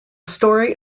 story